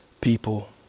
people